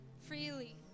freely